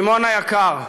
שמעון היקר,